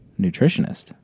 nutritionist